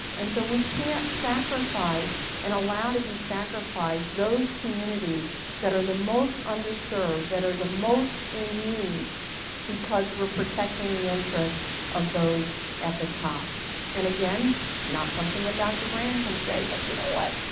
and so we can't sacrifice and allow to be sacrificed, those communities that are the most underserved that are the most in need because we are protecting the interest of those at the top and again not something that dr. brand can say but you know what,